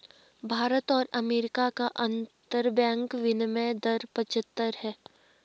भारत और अमेरिका का अंतरबैंक विनियम दर पचहत्तर है